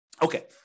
Okay